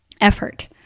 effort